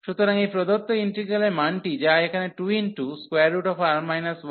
সুতরাং এটি প্রদত্ত ইন্টিগ্রালের মানটি যা এখানে 2R 1